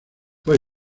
fue